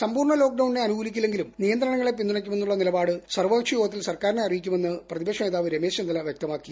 സമ്പൂർണ ലോക്ഡൌണിനെ അനുകൂലിക്കില്ലെങ്കിലും നിയന്ത്രണങ്ങളെ പിന്തുണയ്ക്കുമെന്നുമുള്ള നിലപാട് സർവകക്ഷി യോഗത്തിൽ സർക്കാരിനെ അറിയിക്കുമെന്ന് പ്രതിപക്ഷ നേതാവ് രമേശ് ചെന്നിത്തല വൃക്തമാക്കി